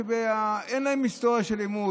שאין להן היסטוריה של עימות.